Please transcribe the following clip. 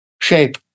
shape